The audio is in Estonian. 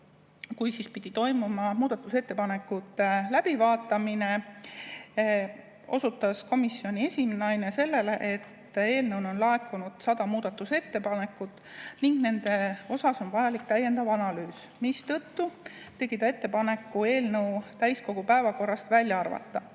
kui pidi toimuma muudatusettepanekute läbivaatamine, osutas komisjoni esinaine sellele, et eelnõu kohta on laekunud 100 muudatusettepanekut ning vajalik on nende täiendav analüüs, mistõttu tegi ta ettepaneku eelnõu täiskogu päevakorrast välja arvata.